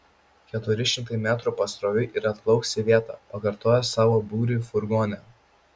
keturi šimtai metrų pasroviui ir atplauks į vietą pakartojo savo būriui furgone